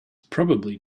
probably